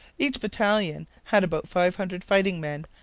each battalion had about five hundred fighting men,